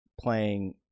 playing